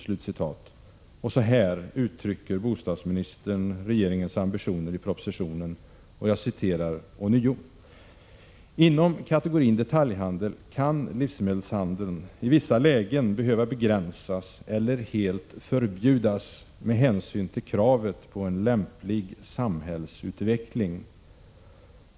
Så här uttrycker bostadsministern regeringens ambitioner i propositionen: ”Inom kategorin detaljhandel kan livsmedelshandeln i vissa lägen behöva begränsas eller helt förbjudas med hänsyn till kravet på en lämplig samhällsutveckling.